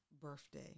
birthday